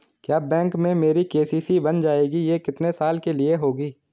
क्या बैंक में मेरी के.सी.सी बन जाएगी ये कितने साल के लिए होगी?